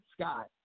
Scott